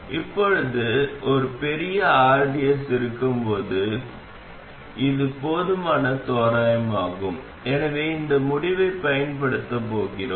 இப்போது ஒரு பெரிய RDs இருக்கும்போது கூட இதுவே போதுமான தோராயமாகும் எனவே இந்த முடிவைப் பயன்படுத்தப் போகிறோம்